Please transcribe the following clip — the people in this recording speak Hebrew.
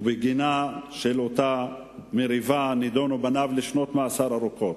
ובגינה של אותה מריבה נידונו בניו לשנות מאסר ארוכות.